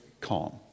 calm